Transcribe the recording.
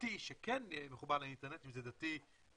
דתי שמחובר לאינטרנט ושם יש את מה